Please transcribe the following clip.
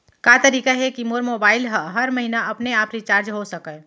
का तरीका हे कि मोर मोबाइल ह हर महीना अपने आप रिचार्ज हो सकय?